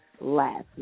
last